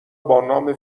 بانام